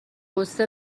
قصه